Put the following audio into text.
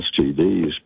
STDs